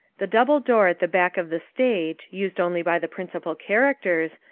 the double door at the back of the stage, used only by the principal characters,